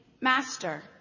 Master